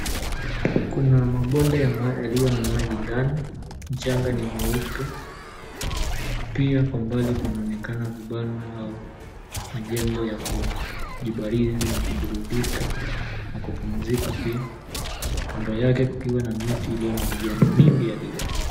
Kuna mabonde ya mawe yaliyo na maji ndani, mchanga ni mweupe. Pia kwa mbali kunaonekana vibanda au majengo ya kujibarizi na kuburudika na kupumzika pia. Kando yake kukiwa na miti iliyo na majani mingi ya kijani.